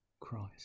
Christ